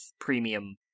premium